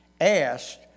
asked